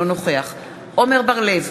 אינו נוכח עמר בר-לב,